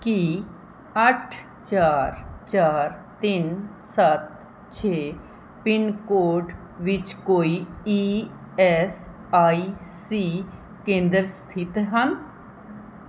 ਕੀ ਅੱਠ ਚਾਰ ਚਾਰ ਤਿੰਨ ਸੱਤ ਛੇ ਪਿੰਨ ਕੋਡ ਵਿੱਚ ਕੋਈ ਈ ਐੱਸ ਆਈ ਸੀ ਕੇਂਦਰ ਸਥਿਤ ਹਨ